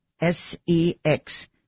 S-E-X